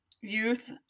youth